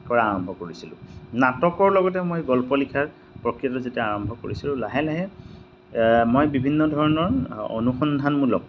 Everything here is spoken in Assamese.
কৰা আৰম্ভ কৰিছিলোঁ নাটকৰ লগতে মই গল্প লিখাৰ প্ৰক্ৰিয়ত যেতিয়া আৰম্ভ কৰিছিলোঁ লাহে লাহে মই বিভিন্ন ধৰণৰ অনুসন্ধানমূলক